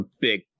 big